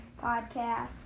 podcast